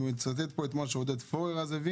אני מצטט פה את מה שעודד פורר אז הביא